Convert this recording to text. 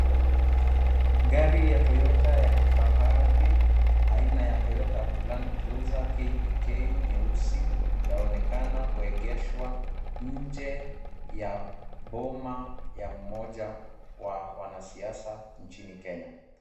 Gari ya Toyota ya kifahari aina ya Toyota Land Cruizer KDK nyeusi, yaonekana kuegeshwa nje ya boma ya mmoja wa wanasiasa nchini Kenya.